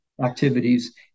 activities